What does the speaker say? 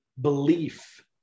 belief